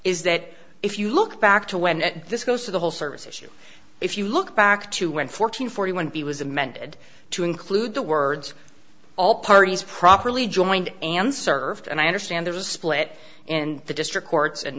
is that if you look back to when this goes to the whole service issue if you look back to when fourteen forty one b was amended to include the words all parties properly joined and served and i understand there's a split in the district courts and